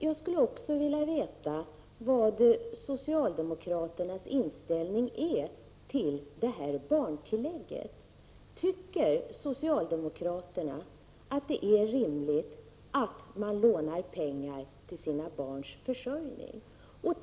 Jag skulle också gärna vilja veta socialdemokraternas inställning till barntillägget. Tycker socialdemokraterna att det är rimligt att man lånar pengar till sina barns försörjning?